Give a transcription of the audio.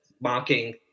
mocking